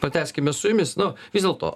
pratęskime su jumis nu vis dėlto